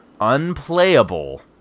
unplayable